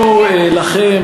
אפילו לכם,